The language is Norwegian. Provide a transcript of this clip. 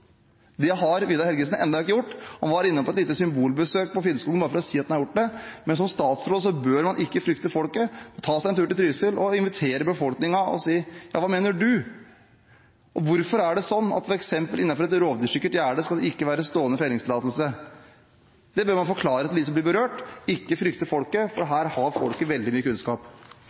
Det har Vidar Helgesen ennå ikke gjort. Han var innom på et lite symbolbesøk på Finnskogen bare for å si at han har gjort det. Som statsråd bør man ikke frykte folket, men ta seg en tur til Trysil, invitere befolkningen og si: «Hva mener du?» Og hvorfor er det sånn at selv innenfor et rovdyrsikkert gjerde skal det ikke være stående fellingstillatelse? Det bør man forklare til dem som blir berørt, og ikke frykte folket, for her har folket veldig mye kunnskap.